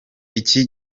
iki